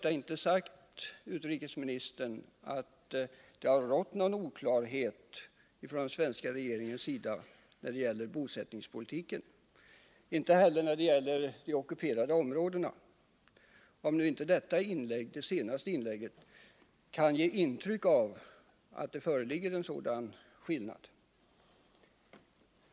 Jag har, herr utrikesminister, för det första inte sagt att det rått någon oklarhet när det gäller den svenska regeringens inställning vare sig till bosättningspolitiken eller till frågan om de ockuperade områdena — utrikesministerns senaste inlägg skulle däremot kunna ge ett intryck av att det föreligger en sådan oklarhet.